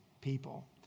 people